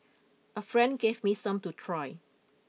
a friend gave me some to try